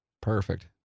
Perfect